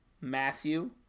Matthew